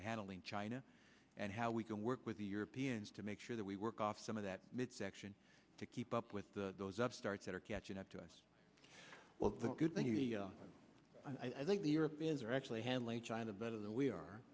handling china and how we can work with the europeans to make sure that we work off some of that midsection to keep up with the those upstart that are catching up to us well the good news i think the europeans are actually handle a china better than we are